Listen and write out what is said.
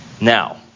Now